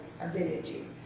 ability